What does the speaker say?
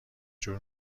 جور